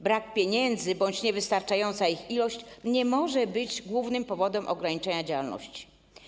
Brak pieniędzy bądź niewystarczająca ich ilość nie może być głównym powodem ograniczenia działalności.